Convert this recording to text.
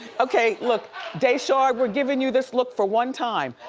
okay, look daeshard, we're giving you this look for one time,